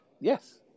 Yes